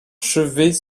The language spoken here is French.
chevet